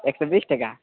एक सए बीस टका